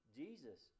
jesus